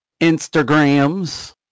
Instagrams